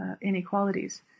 inequalities